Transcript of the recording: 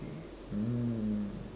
mm